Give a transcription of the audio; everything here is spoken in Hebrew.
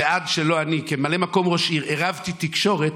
עד שלא אני עירבתי תקשורת,